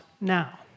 now